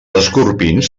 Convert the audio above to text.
escorpins